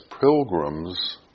pilgrims